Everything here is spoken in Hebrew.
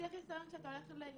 שיהיה חיסיון כשאתה הולך ליועצת.